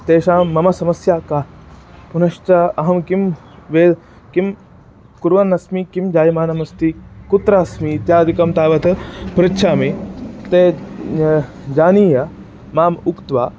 तेषां मम समस्या का पुनश्च अहं किं वे किं कुर्वन् अस्मि किं जायमानमस्ति कुत्र अस्मि इत्यादिकं तावत् पृच्छामि ते जानीय माम् उक्त्वा